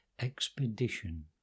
expedition